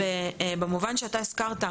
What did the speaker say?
במובן שהזכרת,